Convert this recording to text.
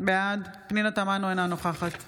אינה נוכחת